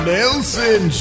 Nelson